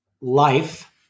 life